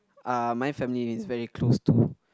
uh my family is very close to